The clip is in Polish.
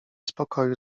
spokoju